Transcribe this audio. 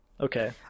Okay